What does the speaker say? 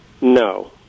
No